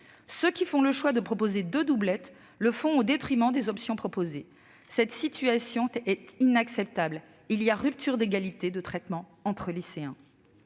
ceux qui font le choix de proposer deux doublettes le font au détriment des options proposées. Cette situation est inacceptable : il y a rupture d'égalité de traitement entre lycéens